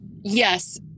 yes